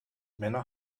männer